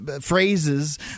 phrases